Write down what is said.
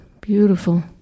beautiful